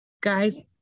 guys